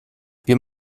wir